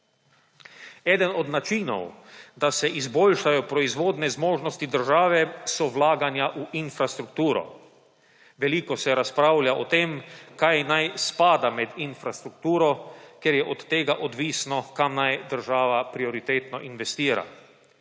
Eden od načinov, da se izboljšajo proizvodne zmožnosti države so vlaganja v infrastrukturo. Veliko se razpravlja o tem, kaj naj spada med infrastrukturo, ker je od tega odvisno, kam naj država prioritetno investira.